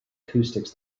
acoustics